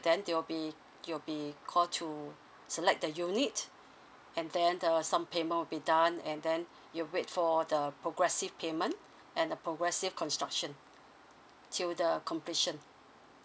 then they'll be you'll be call to select the unit and then uh some payment will be done and then you wait for the progressive payment and the progressive construction till the completion